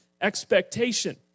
expectation